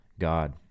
God